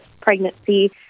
pregnancy